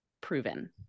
proven